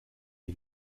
die